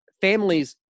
families